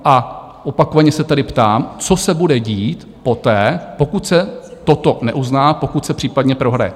A opakovaně se tedy ptám, co se bude dít poté, pokud se toto neuzná, pokud se případně prohraje?